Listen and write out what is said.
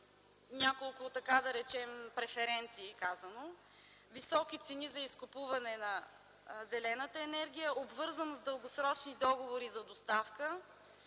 няколко преференции – високи цени за изкупуване на зелената енергия, обвързаност с дългосрочни договори за доставка,